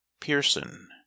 pearson